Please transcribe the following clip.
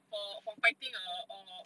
for fighting a a